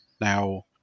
Now